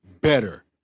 better